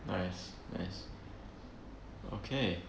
nice nice okay